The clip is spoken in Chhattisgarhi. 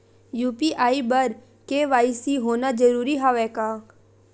यू.पी.आई बर के.वाई.सी होना जरूरी हवय का?